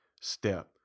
step